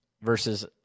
versus